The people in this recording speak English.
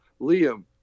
Liam